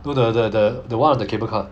though the the the the one on the cable car